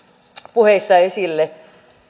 puheissa esille